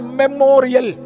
memorial